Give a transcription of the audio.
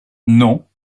non